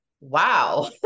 Wow